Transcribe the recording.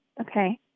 okay